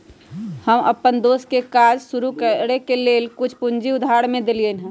हम अप्पन दोस के काज शुरू करए के लेल कुछ पूजी उधार में देलियइ हन